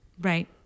Right